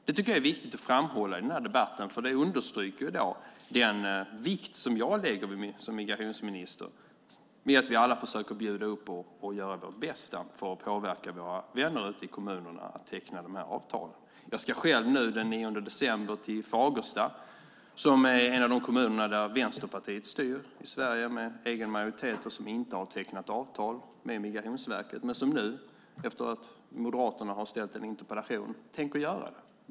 Det tycker jag är viktigt att framhålla i den här debatten, för det understryker den vikt jag som migrationsminister lägger vid att vi alla försöker bjuda till och göra vårt bästa för att påverka våra vänner ute i kommunerna att teckna de här avtalen. Jag ska själv den 9 december till Fagersta som är en kommun där Vänsterpartiet styr med egen majoritet. De har inte tecknat avtal med Migrationsverket, men nu när Moderaterna har ställt en interpellation tänker de göra det.